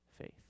faith